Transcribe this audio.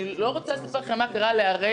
אני לא רוצה לספר לכם מה קרה לערי